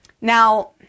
Now